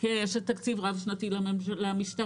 כן, יש תקציב רב-שנתי למשטרה.